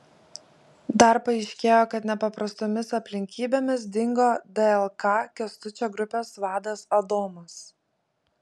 dar paaiškėjo kad nepaprastomis aplinkybėmis dingo dlk kęstučio grupės vadas adomas